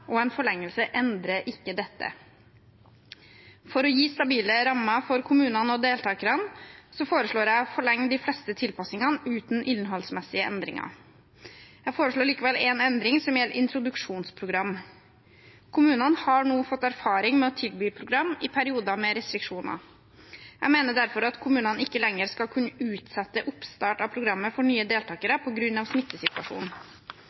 og en forlengelse endrer ikke dette. For å gi stabile rammer for kommunene og deltakerne foreslår jeg å forlenge de fleste tilpasningene uten innholdsmessige endringer. Jeg foreslår likevel én endring som gjelder introduksjonsprogram. Kommunene har nå fått erfaring med å tilby program i perioder med restriksjoner. Jeg mener derfor at kommunene ikke lenger skal kunne utsette oppstart av programmet for nye